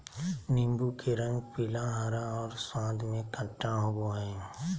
नीबू के रंग पीला, हरा और स्वाद में खट्टा होबो हइ